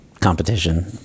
competition